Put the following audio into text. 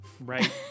Right